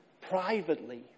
privately